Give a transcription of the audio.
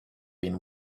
been